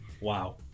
Wow